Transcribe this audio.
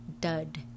dud